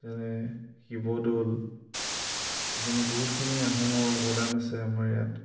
যেনে শিৱদৌল এইখিনি বহুতখিনি আহোমৰ অৱদান আছে আমাৰ ইয়াত